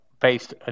based